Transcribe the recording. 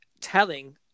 telling